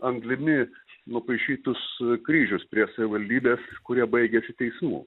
anglimi nupaišytus kryžius prie savivaldybės kurie baigėsi teismu